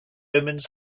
omens